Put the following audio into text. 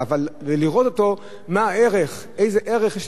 ולראות אותו, מה הערך, איזה ערך יש ללימוד תורה.